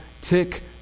tick